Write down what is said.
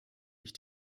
ich